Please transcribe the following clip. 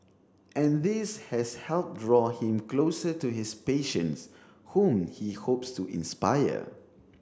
and this has helped draw him closer to his patients whom he hopes to inspire